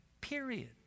period